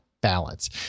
balance